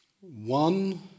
One